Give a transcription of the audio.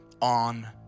on